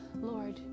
Lord